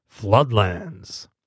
Floodlands